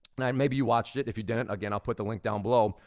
and um maybe you watched it, if you didn't, again, i'll put the link down below,